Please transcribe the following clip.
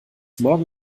morgen